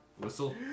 whistle